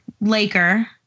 Laker